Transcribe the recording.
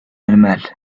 المال